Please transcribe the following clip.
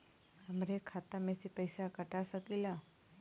हमरे खाता में से पैसा कटा सकी ला?